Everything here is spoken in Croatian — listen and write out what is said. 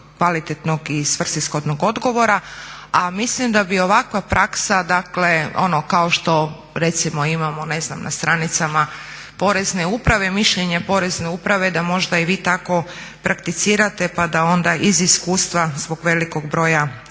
kvalitetnog i svrsishodnog odgovora. A mislim da bi ovakva praksa, dakle ono kao što recimo imamo ne znam na stranicama porezne uprave mišljenje porezne uprave da možda i vi tako prakticirate pa da onda iz iskustva zbog velikog broja